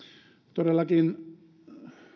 todellakin